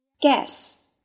guess